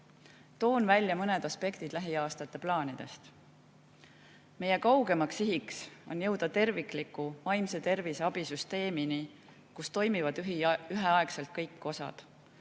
Toon välja mõned aspektid lähiaastate plaanidest. Meie kaugem siht on jõuda tervikliku vaimse tervise abisüsteemini, kus toimivad üheaegselt kõik osad,